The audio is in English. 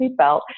seatbelt